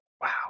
wow